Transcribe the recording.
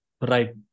Right